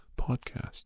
podcast